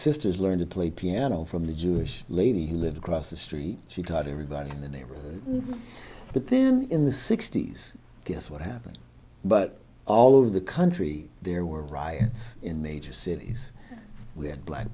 sister's learn to play piano from the jewish lady who lived across the street she taught everybody in the neighborhood but then in the sixty's guess what happened but all over the country there were riots in major cities where black